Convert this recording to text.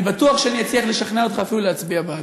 אני בטוח שאני אצליח לשכנע אותך אפילו להצביע בעד.